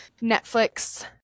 Netflix